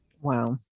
Wow